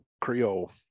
Creole